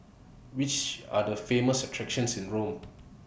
Which Are The Famous attractions in Rome